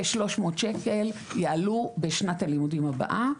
כ-300 שקל יעלו בשנת הלימודים הבאה.